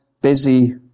busy